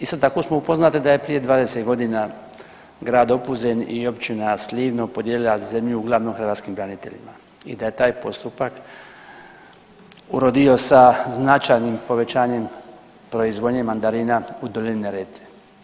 Isto tako smo upoznati da je prije 20 godina grad Opuzen i Općina Slivno podijelila zemlju uglavnom hrvatskim braniteljima i da je taj postupak urodio sa značajnim povećanjem proizvodnje mandarina u Dolini Neretve.